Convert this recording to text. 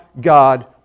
God